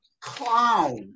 clown